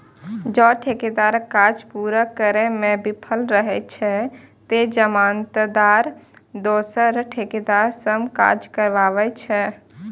जौं ठेकेदार काज पूरा करै मे विफल रहै छै, ते जमानतदार दोसर ठेकेदार सं काज कराबै छै